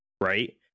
right